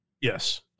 Yes